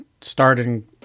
starting